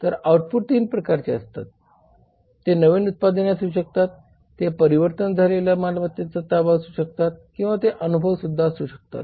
तर आउटपुट 3 प्रकारचे असतात ते नवीन उत्पादने असू शकतात ते परिवर्तन झालेला मालमत्तेचा ताबा असू शकतात किंवा ते अनुभवसुद्धा असू शकतात